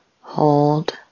hold